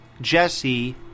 jesse